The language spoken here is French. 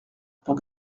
pour